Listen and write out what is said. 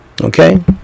Okay